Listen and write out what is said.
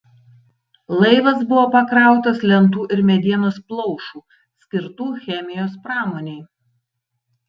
laivas buvo pakrautas lentų ir medienos plaušų skirtų chemijos pramonei